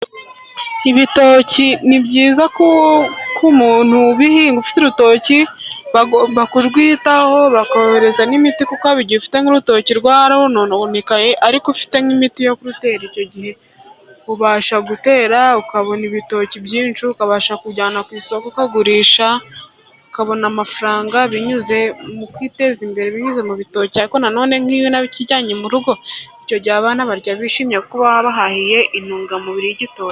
Ibitoki ni byiza k'umuntu ubihinga ufite urutoki, bagomba kurwitaho bakohereza n'imiti, kuko haba igihe ufite nk'urutoki rwarononekaye, ariko ufite nk'imiti yo kurutera icyo gihe, ubasha gutera ukabona ibitoki byinshi, ukabasha kujyana ku isoko ukagurisha, ukabona amafaranga binyuze mu kwiteza imbere, binyuze mu bitoki, ariko nanone nk'iyo unakijyanye mu rugo icyo gihe abana barya bishimye, kuko uba wabahahiye intungamubiri y'igitoki.